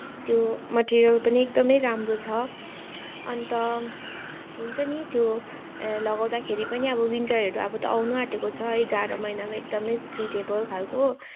त्यो मेटेरियल पनि एकदमै राम्रो छ अन्त हुन्छ नि त्यो लगाउँदाखेरि पनि अब विन्टरहरू अब त आउन आँटेको छ है जाडो महिनामा एकदमै स्विटेबल खालको